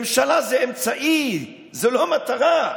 ממשלה זה אמצעי, זו לא המטרה.